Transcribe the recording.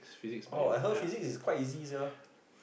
oh I heard Physics is quite easy easy sia